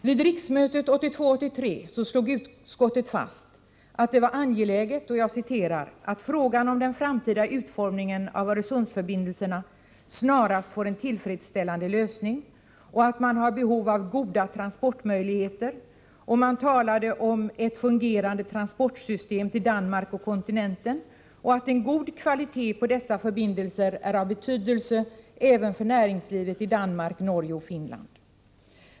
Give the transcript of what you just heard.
Vid riksmötet 1982/83 slog utskottet fast att det var angeläget att ”frågan om den framtida utformningen av Öresundsförbindelserna snarast får en tillfredsställande lösning” och att det fanns ”behov av goda transportmöjligheter”. Man talade om ”ett väl fungerande transportsystem till Danmark och kontinenten” och förklarade att ”en god kvalitet på dessa förbindelser är av betydelse även för näringslivet i Danmark, Norge och Finland”.